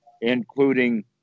including